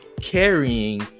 carrying